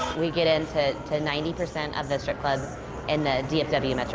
we get into ninety percent of the strip clubs in the dfw